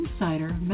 insider